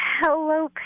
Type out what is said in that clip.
Hello